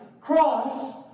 cross